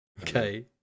Okay